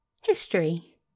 History